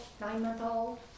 nine-month-old